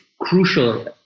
crucial